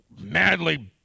madly